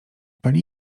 pani